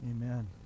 Amen